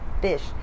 fish